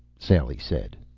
sally said.